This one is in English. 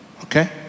Okay